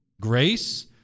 Grace